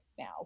Now